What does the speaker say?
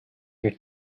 your